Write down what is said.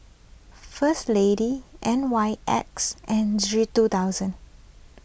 First Lady N Y X and G two thousand